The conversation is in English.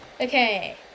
Okay